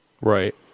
Right